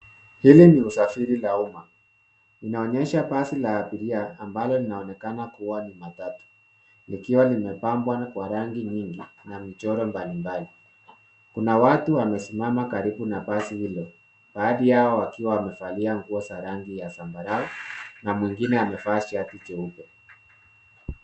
Hili ni usafiri la umma, inaonyesha basi la abiria ambalo linaonekana kuwa ni matatu likiwa limepambwa kwa rangi nyingi na michoro mbalimbali. Kuna watu wamesimama karibu na basi hilo, baadhi yao wakiwa wamevalia nguo za rangi ya zambarau na mwengine amevaa shati jeupe.